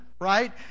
right